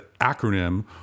acronym